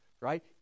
right